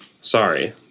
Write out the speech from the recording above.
sorry